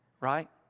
Right